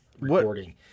recording